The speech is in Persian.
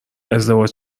ازدواج